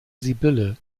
sibylle